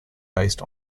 based